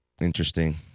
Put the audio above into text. interesting